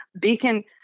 Beacon